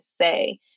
say